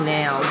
now